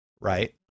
Right